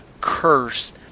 curse